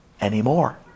anymore